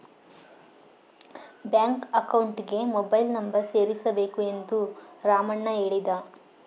bank ಅಕೌಂಟ್ಗೆ mobile number ಸೇರಿಸಬೇಕು ಎಂದು ರಾಮಣ್ಣ ಹೇಳಿದ